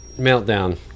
meltdown